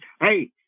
Hey